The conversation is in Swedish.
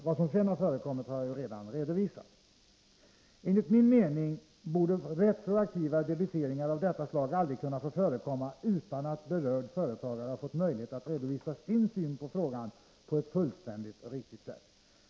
Vad som sedan förekommit har jag redan redovisat. Enligt min mening borde retroaktiva debiteringar av detta slag aldrig kunna få förekomma utan att berörd företagare har fått möjlighet att redovisa sin syn på frågan på ett fullständigt och riktigt sätt.